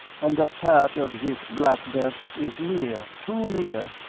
and a part of this black belt is near, too near,